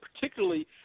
particularly